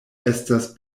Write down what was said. estas